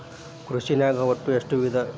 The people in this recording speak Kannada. ಕೃಷಿನಾಗ್ ಒಟ್ಟ ಎಷ್ಟ ವಿಧ?